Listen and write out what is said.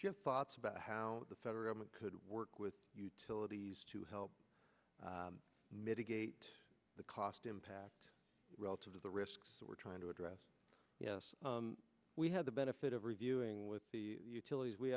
just thoughts about how the federal government could work with utilities to help mitigate the cost impact relative to the risks that we're trying to address yes we had the benefit of reviewing with the utilities we